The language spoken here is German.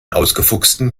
ausgefuchsten